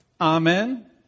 Amen